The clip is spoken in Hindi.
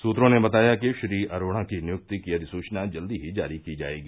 सूत्रों ने बताया कि श्री अरोड़ा की नियुक्ति की अधिसूचना जल्दी ही जारी की जाएगी